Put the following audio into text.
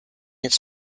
its